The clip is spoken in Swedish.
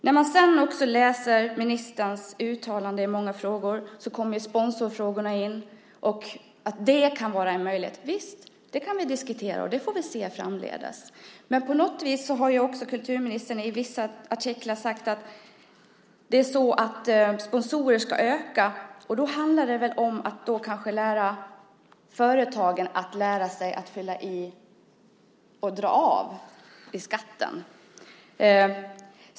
När man sedan också läser ministerns uttalanden i många frågor kommer sponsorfrågorna in, att det kan vara en möjlighet. Visst, det kan vi diskutera, och det får vi se framdeles. Men på något vis har också kulturministern i vissa artiklar sagt att sponsringen ska öka. Och då handlar det väl om att kanske lära företagen att dra av i fråga om skatten.